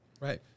Right